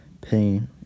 Pain